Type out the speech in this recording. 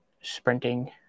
sprinting